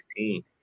2016